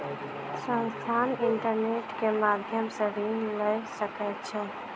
संस्थान, इंटरनेट के माध्यम सॅ ऋण लय सकै छै